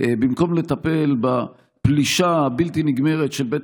במקום לטפל בפלישה הבלתי-נגמרת של בית